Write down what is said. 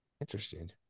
Interesting